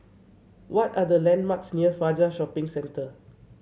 what are the landmarks near Fajar Shopping Centre